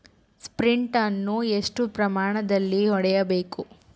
Sprint ಅನ್ನು ಎಷ್ಟು ಪ್ರಮಾಣದಲ್ಲಿ ಹೊಡೆಯಬೇಕು?